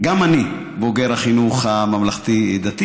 גם אני בוגר החינוך הממלכתי-דתי,